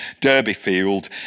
Derbyfield